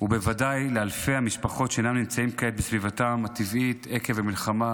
ובוודאי לאלפי המשפחות שאינן נמצאות כעת בסביבתן הטבעית עקב המלחמה,